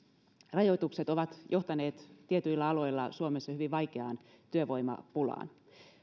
rajoitukset ovat johtaneet tietyillä alueilla suomessa hyvin vaikeaan työvoimapulaan